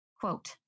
Quote